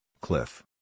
cliff